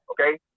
okay